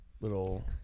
little